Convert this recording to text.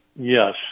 Yes